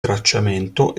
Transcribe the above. tracciamento